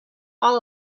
all